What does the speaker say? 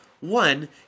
One